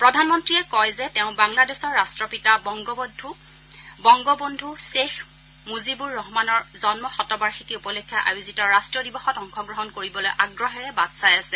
প্ৰধানমন্ত্ৰীয়ে কয় যে তেওঁ বাংলাদেশৰ ৰাট্টপিতা বংগবঙ্ধু ধ্বেখ মুজিবুৰ ৰহমানৰ জন্ম শতবাৰ্ষিকী উপলক্ষে আয়োজিত ৰাষ্ট্ৰীয় দিৱসত অংশগ্ৰহণ কৰিবলৈ আগ্ৰহেৰে বাট চাই আছে